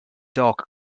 dark